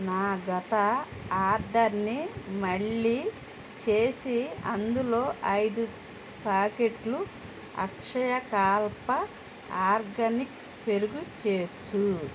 నా గత ఆర్డర్ని మళ్ళీ చేసి అందులో ఐదు ప్యాకెట్లు అక్షయకాల్ప ఆర్గానిక్ పెరుగు చేర్చు